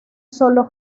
solo